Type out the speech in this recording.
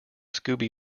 scooby